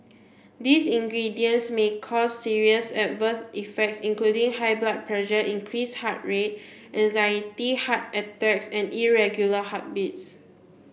these ingredients may cause serious adverse effects including high blood pressure increased heart rate anxiety heart attacks and irregular heartbeats